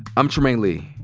i'm trymaine lee.